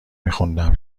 میخوندم